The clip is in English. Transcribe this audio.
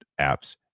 apps